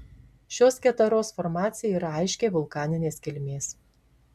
šios keteros formacija yra aiškiai vulkaninės kilmės